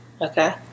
okay